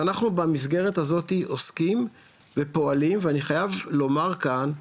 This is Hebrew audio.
ואנחנו במסגרת הזאת עוסקים ופועלים ואני חייב לומר כאן,